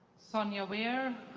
sonja wear,